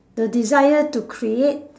the desire to create